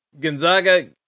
Gonzaga